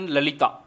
Lalita